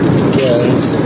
Begins